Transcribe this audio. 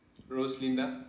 roslina